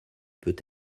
peut